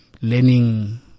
Learning